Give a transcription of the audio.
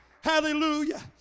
Hallelujah